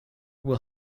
will